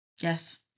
Yes